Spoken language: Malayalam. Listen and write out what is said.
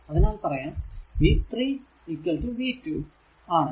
അതിനാൽ പറയാം v 3 v 2 ആണ്